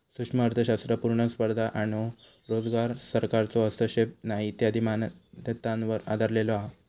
सूक्ष्म अर्थशास्त्र पुर्ण स्पर्धा आणो रोजगार, सरकारचो हस्तक्षेप नाही इत्यादी मान्यतांवर आधरलेलो हा